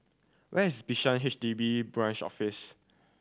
where is Bishan H D B Branch Office